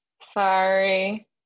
Sorry